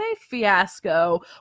Fiasco